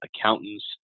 accountants